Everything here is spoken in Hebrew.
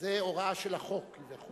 זה הוראה של החוק, כביכול.